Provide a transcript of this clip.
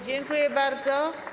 Dziękuję bardzo.